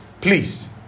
please